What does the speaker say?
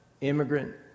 immigrant